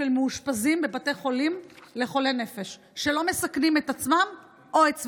מאושפזים בבתי חולים לחולי נפש שלא מסכנים את עצמם או את סביבתם.